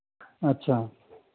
अच्छा